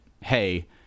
hey